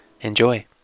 enjoy